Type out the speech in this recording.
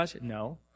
No